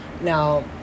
Now